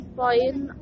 point